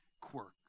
quirk